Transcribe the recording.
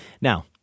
now